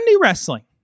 wrestling